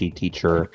teacher